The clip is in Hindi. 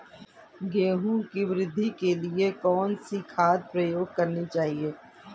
गेहूँ की वृद्धि के लिए कौनसी खाद प्रयोग करनी चाहिए?